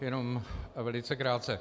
Jenom velice krátce.